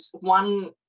one